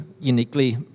uniquely